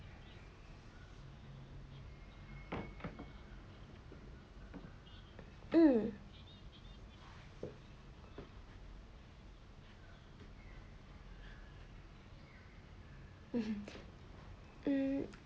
mm mm